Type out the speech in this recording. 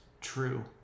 true